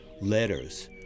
letters